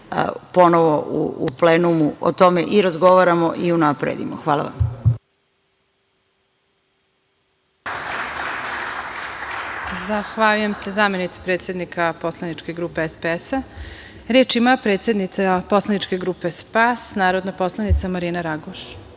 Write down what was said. ponovo u plenumu o tome razgovaramo i unapredimo. Hvala vam. **Elvira Kovač** Zahvaljujem se zamenici predsednika poslaničke grupe SPS.Reč ima predsednica poslaničke grupe SPAS, narodna poslanica Marina